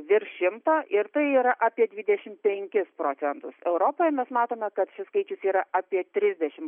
virš šimto ir tai yra apie dvidešimt penkis europoje mes matome kad šis skaičius yra apie trisdešim